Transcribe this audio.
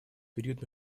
период